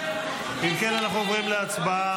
אם כן, אנחנו עוברים להצבעה.